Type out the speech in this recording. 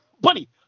buddy